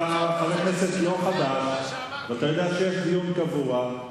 אתה לא חבר כנסת חדש ואתה יודע שיש דיון קבוע.